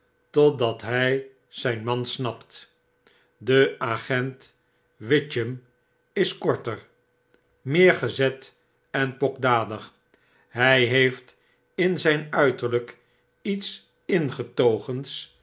totdat hy zijn man snapt de agent witchem is korter meer gezet en pokdalig hy heeft in zyn uiterlyk lets ingetogens